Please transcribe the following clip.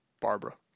Barbara